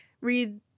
read